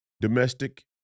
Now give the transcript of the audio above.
domestic